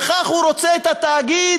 וכך הוא רוצה את התאגיד,